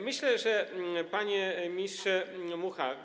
Myślę, panie ministrze Mucha.